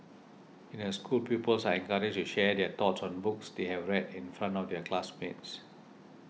in her school pupils are encouraged to share their thoughts on books they have read in front of their classmates